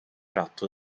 ratto